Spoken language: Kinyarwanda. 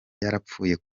yarapfuye